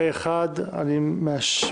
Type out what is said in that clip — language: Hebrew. אין אושרה בעד- 7,